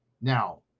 Now